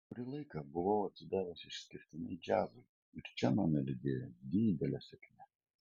kurį laiką buvau atsidavęs išskirtinai džiazui ir čia mane lydėjo didelė sėkmė